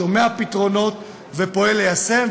שומע פתרונות ופועל ליישם.